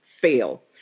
fail